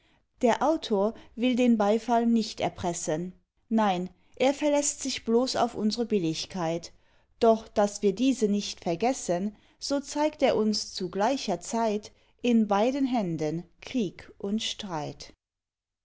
der autor will den beifall nicht erpressen nein er verläßt sich bloß auf unsre billigkeit doch daß wir diese nicht vergessen so zeigt er uns zu gleicher zeit in beiden händen krieg und streit